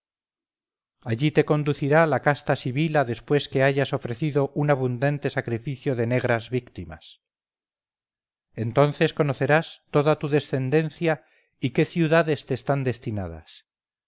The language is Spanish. allí te conducirá la casta sibila después que hayas ofrecido un abundante sacrificio de negras víctimas entonces conocerás toda tu descendencia y qué ciudades te están destinadas